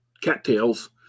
cattails